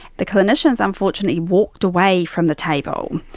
the clinicians unfortunately walked away from the table,